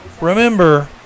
Remember